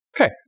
Okay